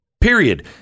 Period